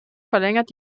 verlängert